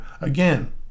again